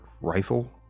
rifle